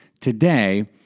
today